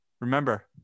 remember